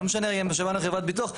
לא משנה אם שב"ן או חברת ביטוח.